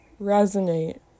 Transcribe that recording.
resonate